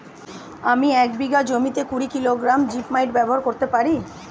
আমি এক বিঘা জমিতে কুড়ি কিলোগ্রাম জিপমাইট ব্যবহার করতে পারি?